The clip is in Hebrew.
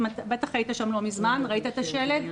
בטח היית שם לא מזמן, ראית את השלד?